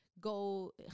go